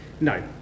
No